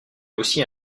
aussi